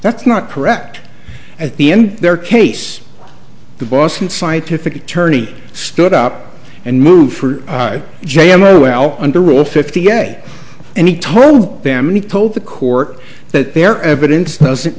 that's not correct at the end their case the boston scientific attorney stood up and moved for j m o l under rule fifty eight and he told them he told the court that their evidence doesn't